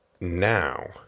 now